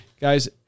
guys